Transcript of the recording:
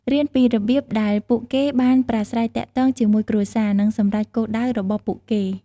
រៀនពីរបៀបដែលពួកគេបានប្រាស្រ័យទាក់ទងជាមួយគ្រួសារ និងសម្រេចគោលដៅរបស់ពួកគេ។